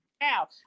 Now